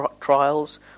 trials